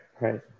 right